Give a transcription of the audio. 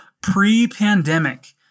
pre-pandemic